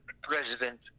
president